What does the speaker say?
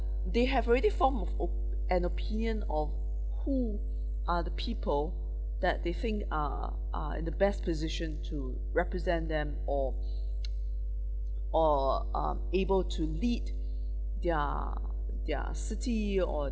they have already formed of o~ an opinion on who are the people that they think are are in the best position to represent them or or um able to lead their their city or